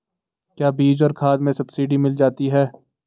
क्या बीज और खाद में सब्सिडी मिल जाती है?